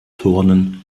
turnen